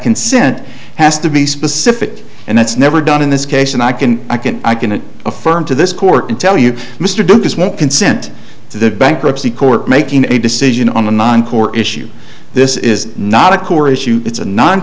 consent has to be specific and that's never done in this case and i can i can i can affirm to this court and tell you mr duke just won't consent to the bankruptcy court making a decision on the non core issue this is not a core issue it's a non